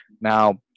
Now